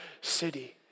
city